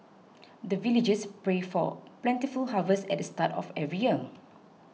the villagers pray for plentiful harvest at the start of every year